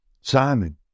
Simon